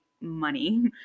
money